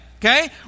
Okay